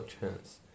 chance